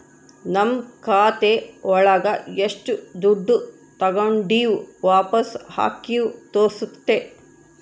ನಮ್ ಖಾತೆ ಒಳಗ ಎಷ್ಟು ದುಡ್ಡು ತಾಗೊಂಡಿವ್ ವಾಪಸ್ ಹಾಕಿವಿ ತೋರ್ಸುತ್ತೆ